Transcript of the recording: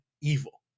evil